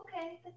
Okay